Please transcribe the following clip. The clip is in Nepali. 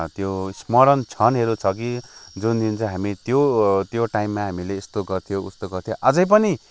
त्यो स्मरण क्षणहरू छ कि जुन दिन चाहिँ हामीले त्यो त्यो टाइममा हामीले यस्तो गर्थ्यो उस्तो गर्थ्यो अझै पनि